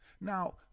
Now